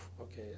okay